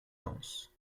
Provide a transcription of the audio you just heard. dansent